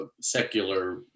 secular